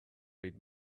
read